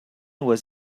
was